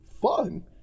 fun